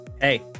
Hey